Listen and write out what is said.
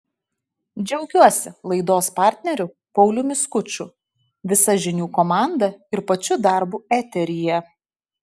džiaugiuosi laidos partneriu pauliumi skuču visa žinių komanda ir pačiu darbu eteryje